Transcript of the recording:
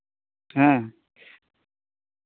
ᱦᱮᱸ